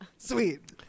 sweet